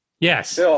Yes